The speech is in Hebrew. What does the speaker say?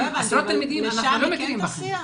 אתם עשרות תלמידים, אנחנו לא מקימים לכם.